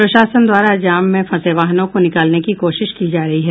प्रशासन द्वारा जाम में फंसे वाहनों को निकालने की कोशिश की जा रही है